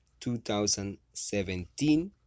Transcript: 2017